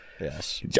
Yes